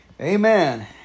Amen